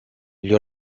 gli